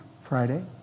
Friday